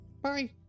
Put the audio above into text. bye